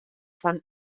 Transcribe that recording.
fan